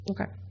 Okay